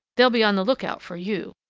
they'll be on the lookout for you!